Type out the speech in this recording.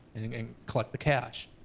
collect the cash.